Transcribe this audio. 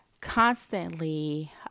constantly